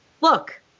look